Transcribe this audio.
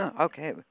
Okay